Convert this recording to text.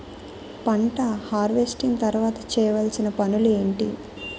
పంట హార్వెస్టింగ్ తర్వాత చేయవలసిన పనులు ఏంటి?